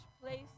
place